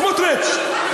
סמוטריץ,